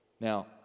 Now